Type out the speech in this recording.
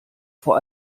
vor